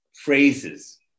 phrases